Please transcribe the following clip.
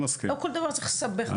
לא כל דבר צריך לסבך במדינה הזאת.